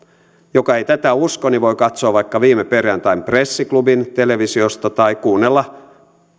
joka ei tätä usko niin voi katsoa vaikka viime perjantain pressiklubin televisiosta tai kuunnella